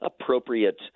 appropriate